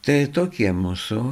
tai tokie mūsų